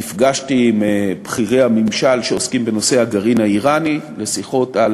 נפגשתי עם בכירי הממשל שעוסקים בנושא הגרעין האיראני לשיחות על